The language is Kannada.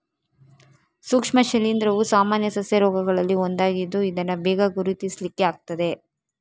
ಸೂಕ್ಷ್ಮ ಶಿಲೀಂಧ್ರವು ಸಾಮಾನ್ಯ ಸಸ್ಯ ರೋಗಗಳಲ್ಲಿ ಒಂದಾಗಿದ್ದು ಇದನ್ನ ಬೇಗ ಗುರುತಿಸ್ಲಿಕ್ಕೆ ಆಗ್ತದೆ